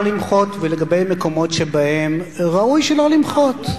למחות ולגבי מקומות שבהם ראוי שלא למחות.